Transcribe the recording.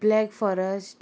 black forest